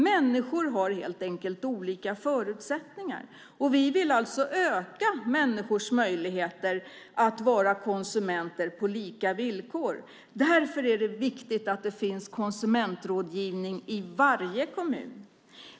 Människor har helt enkelt olika förutsättningar, och vi vill alltså öka människors möjligheter att vara konsumenter på lika villkor. Därför är det viktigt att det finns konsumentrådgivning i varje kommun.